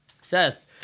Seth